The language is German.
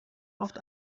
oft